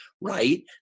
right